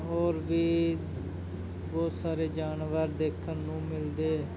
ਹੋਰ ਵੀ ਬਹੁਤ ਸਾਰੇ ਜਾਨਵਰ ਦੇਖਣ ਨੂੰ ਮਿਲਦੇ